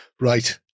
right